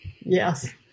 Yes